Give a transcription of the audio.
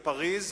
בפריס,